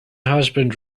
husband